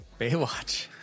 Baywatch